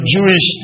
Jewish